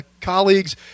colleagues